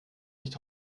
nicht